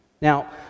Now